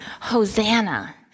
Hosanna